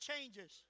changes